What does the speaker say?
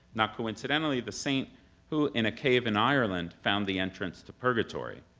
not coincidentally the saint who, in a cave in ireland, found the entrance to purgatory,